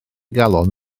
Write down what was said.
galon